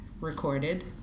recorded